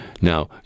now